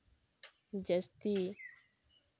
ᱡᱟᱹᱥᱛᱤ